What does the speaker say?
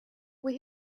with